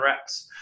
reps